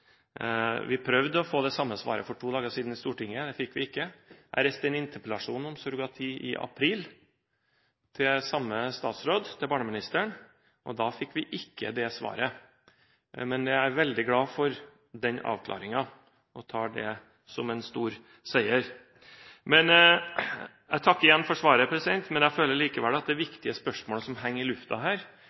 Vi prøvde å få det samme svaret i Stortinget for to dager siden. Det fikk vi ikke. Jeg reiste en interpellasjon om surrogati i april til samme statsråd – barneministeren – og da fikk vi ikke det svaret. Men jeg er veldig glad for den avklaringen og tar den som en stor seier. Jeg takker igjen for svaret, men jeg føler likevel at det er viktige spørsmål som henger i luften her,